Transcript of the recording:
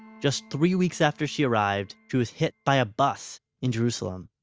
just three weeks after she arrived, she was hit by a bus in jerusalem.